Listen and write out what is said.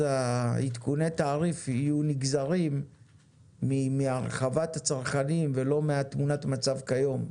עדכוני התעריף יהיו נגזרים מהרחבת הצרכנים ולא מתמונת המצב כיום.